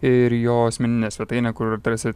ir jo asmeninę svetainę kur atrasit